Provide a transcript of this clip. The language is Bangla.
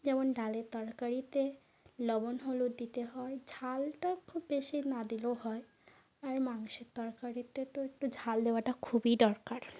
যেমন ডালের তরকারিতে লবণ হলুদ দিতে হয় ঝালটা খুব বেশি না দিলেও হয় আর মাংসের তরকারিতে তো একটু ঝাল দেওয়াটা খুব খুবই দরকার